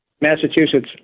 Massachusetts